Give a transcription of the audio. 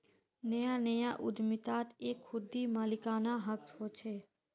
नया नया उद्दमितात एक खुदी मालिकाना हक़ होचे